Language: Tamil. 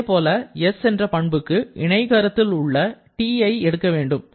இதேபோல s என்ற பண்புக்கு இணைகரத்தில் உள்ள Tஐ எடுக்க வேண்டும்